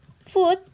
food